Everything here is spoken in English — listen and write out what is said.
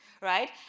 right